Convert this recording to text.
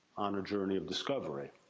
on a journey of discovery.